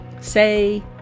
Say